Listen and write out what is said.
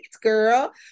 girl